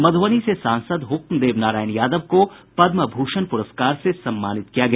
मधुबनी से सांसद हुक्मदेव नारायण यादव को पद्य भूषण प्रस्कार से सम्मानित किया गया